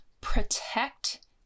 protect